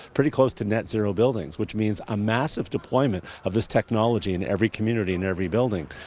pretty close to net zero buildings, which means a massive deployment of this technology in every community in every building.